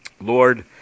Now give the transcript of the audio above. Lord